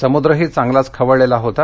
समुद्रही चांगलाच खवळलेला होता